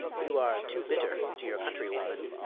you are too bitter to your country-woman.